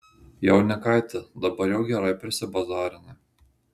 jaunikaiti dabar jau gerai prisibazarinai